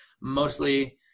mostly